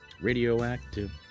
Radioactive